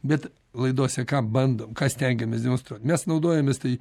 bet laidose ką bandom ką stengiamės demonstruot mes naudojamės tai